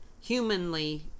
Humanly